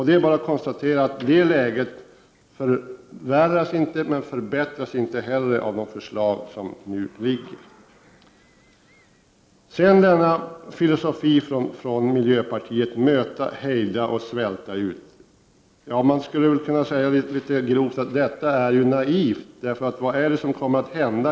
Det är bara att konstatera att det läget förvärras inte men förbättras inte heller av det förslag som nu föreligger. Om miljöpartiets filosofi ”möta, hejda, svälta ut” skulle man väl kunna säga litet grovt att detta är naivt. För vad är det som kommer att hända?